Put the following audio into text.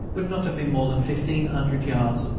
would not be more than fifteen hundred yards.